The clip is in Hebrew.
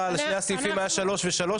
השנייה והשלישית,